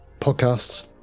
podcasts